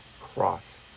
cross